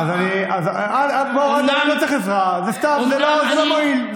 אחמד, אני, לא צריך עזרה, זה לא מועיל.